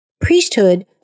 priesthood